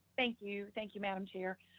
thank you, thank you, madam chair.